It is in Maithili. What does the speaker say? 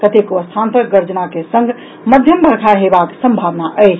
कतेको स्थान पर गर्जना के संग मध्यम वर्षा हेबाक संभावना अछि